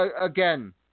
Again